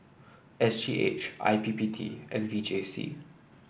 S G H I P P T and V J C